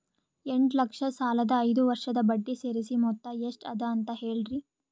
ಎಂಟ ಲಕ್ಷ ಸಾಲದ ಐದು ವರ್ಷದ ಬಡ್ಡಿ ಸೇರಿಸಿ ಮೊತ್ತ ಎಷ್ಟ ಅದ ಅಂತ ಹೇಳರಿ?